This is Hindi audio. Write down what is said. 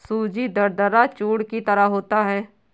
सूजी दरदरा चूर्ण की तरह होता है